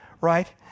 right